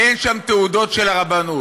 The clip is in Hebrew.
אין שם תעודות של הרבנות.